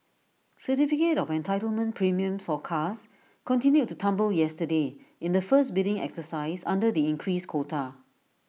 certificate of entitlement premiums for cars continued to tumble yesterday in the first bidding exercise under the increased quota